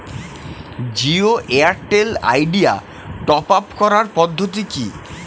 Jio Airtel Idea top up করার পদ্ধতি কি?